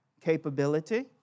capability